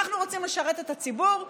אנחנו רוצים לשרת את הציבור.